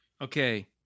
Okay